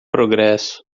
progresso